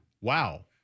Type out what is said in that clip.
wow